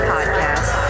Podcast